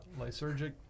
Lysergic